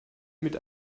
mit